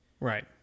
Right